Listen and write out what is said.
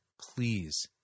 Please